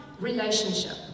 relationship